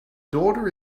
daughter